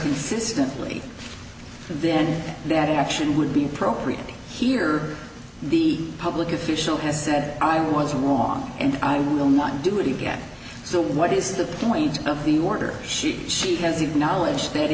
consistently then that action would be appropriate here the public official has said i was wrong and i will not do it again so what is the point of the order she she has acknowledged that